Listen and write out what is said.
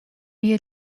wie